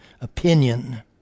opinion